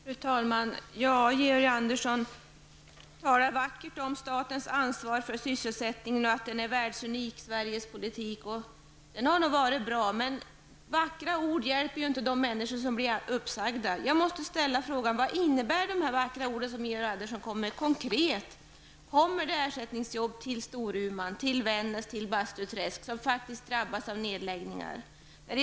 Fru talman! Georg Andersson talar vackert om statens ansvar för sysselsättningen och att Sveriges politik är världsunik. Den har nog varit bra, men vackra ord hjälper inte de människor som blir uppsagda. Jag måste ställa frågan: Vad innebär dessa vackra ord konkret? Kommer ersättningsjobb till Storuman, Vännäs och Bastuträsk, som faktiskt drabbas av nedläggningar?